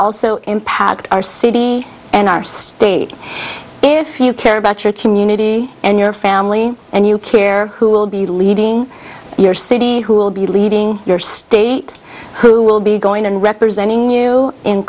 also impact our city and our state if you care about your community and your family and you care who will be leading your city who will be leading your state who will be going and representing